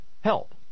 help